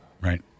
right